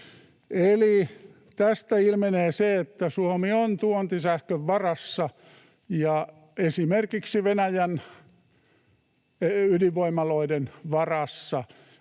Eli tästä ilmenee se, että Suomi on tuontisähkön varassa ja esimerkiksi Venäjän ydinvoimaloiden varassa